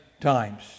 times